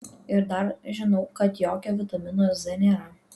ir dar žinau kad jokio vitamino z nėra